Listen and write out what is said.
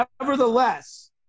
nevertheless